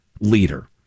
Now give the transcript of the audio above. leader